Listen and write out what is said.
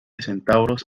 centauros